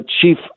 chief